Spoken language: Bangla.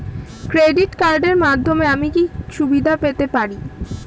ক্রেডিট কার্ডের মাধ্যমে আমি কি কি সুবিধা পেতে পারি?